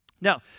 Now